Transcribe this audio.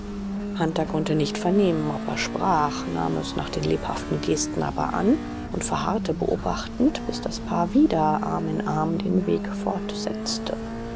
hunter konnte nicht vernehmen ob er sprach nahm es nach den lebhaften gesten aber an und verharrte beobachtend bis das paar wieder arm in arm den weg fortsetzte